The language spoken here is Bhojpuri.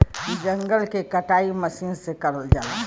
जंगल के कटाई मसीन से करल जाला